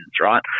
right